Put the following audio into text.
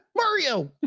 mario